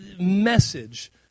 message